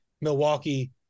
Milwaukee